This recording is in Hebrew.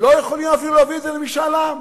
לא יכולים אפילו להביא את זה למשאל עם.